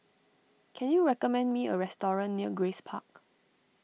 can you recommend me a restaurant near Grace Park